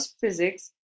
physics